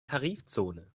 tarifzone